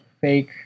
fake